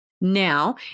Now